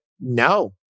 no